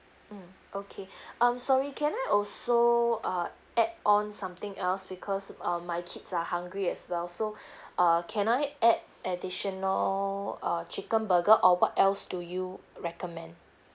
mm okay um sorry can I also uh add on something else because um my kids are hungry as well so err can I add additional uh chicken burger or what else do you recommend